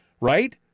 right